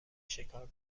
شکار